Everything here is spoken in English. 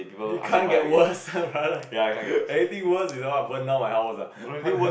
it can't get worse eh brother anything worse is like what burn down my house ah